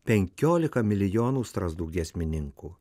penkiolika milijonų strazdų giesmininkų